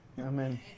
Amen